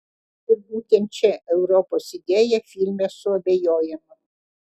ir būtent šia europos idėja filme suabejojama